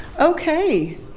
Okay